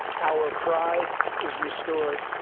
our pride is restored.